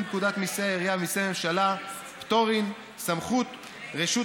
פקודת מיסי העירייה ומיסי ממשלה (פטורין) (סמכות הרשות